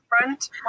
front